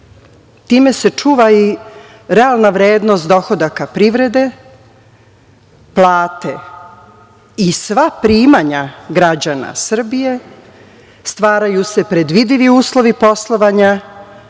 Time se čuva i realna vrednost dohodaka privrede, plate i sva primanja građana Srbije. Stvaraju se predvidivi uslovi poslovanja,